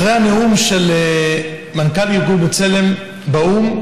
אחרי הנאום של מנכ"ל ארגון בצלם באו"ם,